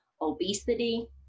obesity